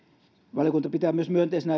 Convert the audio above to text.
valiokunta pitää myös myönteisenä